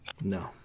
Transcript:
No